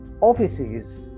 offices